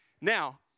Now